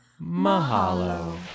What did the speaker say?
mahalo